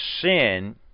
sin